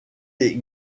est